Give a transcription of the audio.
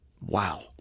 wow